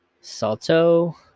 Salto